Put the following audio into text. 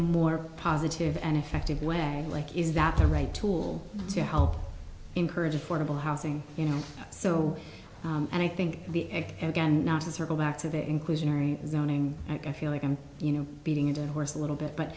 more positive and effective way like is that the right tool to help encourage affordable housing you know so and i think the egg again not to circle back to the inclusionary zoning i feel like i'm you know beating a dead horse a little bit but